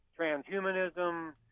transhumanism